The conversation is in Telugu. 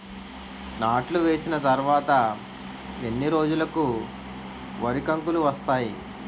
నాట్లు వేసిన తర్వాత ఎన్ని రోజులకు వరి కంకులు వస్తాయి?